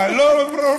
בעיתון הם שמו רק קצת.